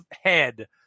head